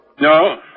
No